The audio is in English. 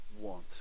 want